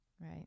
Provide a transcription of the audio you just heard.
Right